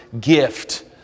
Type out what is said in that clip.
gift